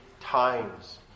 times